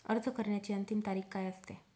अर्ज करण्याची अंतिम तारीख काय असते?